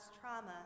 trauma